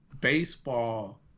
baseball